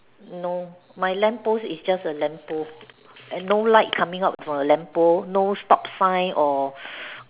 no my lamp post is just a lamp post and no light coming out of the lamp post no stop sign or